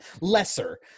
lesser